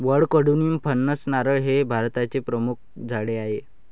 वड, कडुलिंब, फणस, नारळ हे भारताचे प्रमुख झाडे आहे